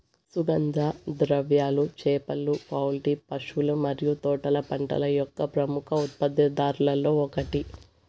సుగంధ ద్రవ్యాలు, చేపలు, పౌల్ట్రీ, పశువుల మరియు తోటల పంటల యొక్క ప్రముఖ ఉత్పత్తిదారులలో ఒకటి